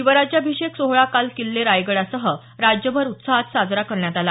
शिवराज्याभिषेक सोहळा काल किल्ले रायगडासह राज्यभर उत्साहात साजरा करण्यात आला